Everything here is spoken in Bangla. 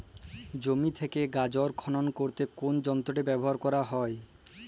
জমি থেকে গাজর খনন করতে কোন যন্ত্রটি ব্যবহার করা হয়?